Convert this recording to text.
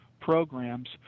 programs